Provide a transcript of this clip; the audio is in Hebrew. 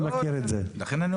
נכון, נכון.